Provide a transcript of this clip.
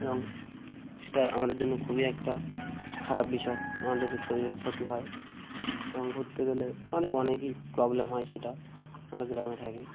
এবং সেটা আমাদের জন্য খুবই একটা খারাপ বিষয় আমাদের শরীরের ক্ষতি হয় এবং ঘুরতে গেলে আমাদের অনেকই প্রবলেম হয় সেটা আমরা গ্রামে থাকি